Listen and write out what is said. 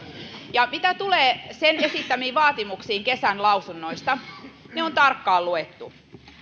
ja mitä tulee sen esittämiin vaatimuksiin kesän lausunnoissa ne on tarkkaan luettu